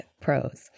pros